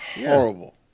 horrible